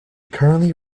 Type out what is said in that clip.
currently